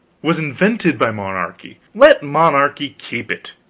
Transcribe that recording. was invented by monarchy let monarchy keep it.